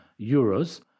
euros